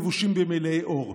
לבושים במעילי עור.